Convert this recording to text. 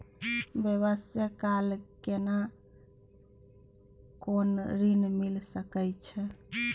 व्यवसाय ले केना कोन ऋन मिल सके छै?